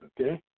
okay